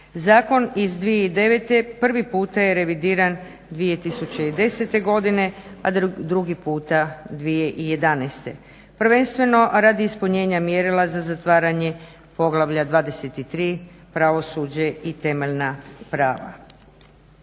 Zakon iz 2009.prvi puta je revidiran 2010.godine, a drugi puta 2011. Prvenstveno radi ispunjenja mjerila za zatvaranje poglavlja 23.-pravosuđe i temeljna prava.